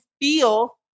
feel